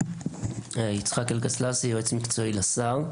שמי יצחק אלקסלסי, אני יועץ מקצועי לשר.